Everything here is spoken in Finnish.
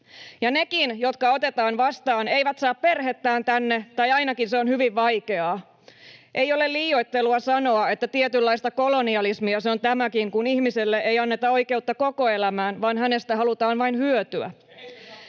ja nekin, jotka otetaan vastaan, eivät saa perhettään tänne tai ainakin se on hyvin vaikeaa. Ei ole liioittelua sanoa, että tietynlaista kolonialismia se on tämäkin, kun ihmiselle ei anneta oikeutta koko elämään, vaan hänestä halutaan vain hyötyä.